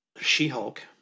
She-Hulk